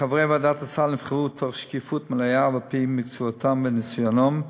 חברי ועדת הסל נבחרו בשקיפות מלאה ועל-פי מקצועיותם וניסיונם.